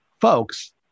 folks